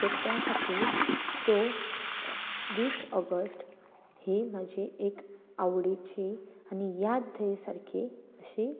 so त्या खातीर स वीस ऑगस्ट ही म्हाजी एक आवडीची आनी याद धरी सारकी अशी